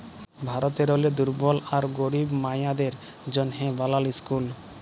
ভারতেরলে দুর্বল আর গরিব মাইয়াদের জ্যনহে বালাল ইসকুল